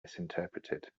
misinterpreted